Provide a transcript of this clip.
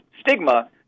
stigma